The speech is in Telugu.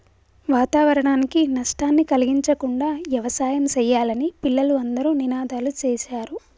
వాతావరణానికి నష్టాన్ని కలిగించకుండా యవసాయం సెయ్యాలని పిల్లలు అందరూ నినాదాలు సేశారు